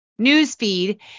newsfeed